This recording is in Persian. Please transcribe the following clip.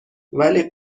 ولی